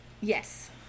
yes